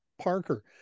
Parker